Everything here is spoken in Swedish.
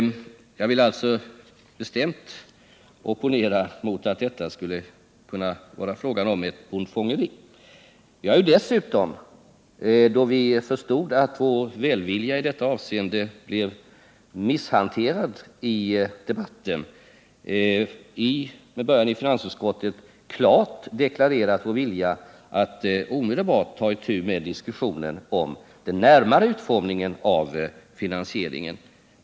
Jag vill alltså bestämt opponera mig mot att det när det gäller utformningen av våra förslag skulle vara fråga om något bondfångeri. Vi har dessutom, då vi förstod att vår välvilja i detta avseende blev misshanterad i debatten, med början i finansutskottet klart deklarerat vår vilja att omedelbart ta itu med diskussionen om den närmare utformningen av finansieringen.